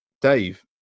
Dave